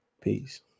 Peace